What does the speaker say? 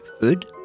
food